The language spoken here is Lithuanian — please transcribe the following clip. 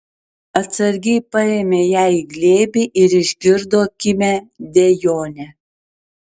atsargiai paėmė ją į glėbį ir išgirdo kimią dejonę